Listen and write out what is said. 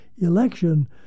election